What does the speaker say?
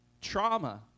trauma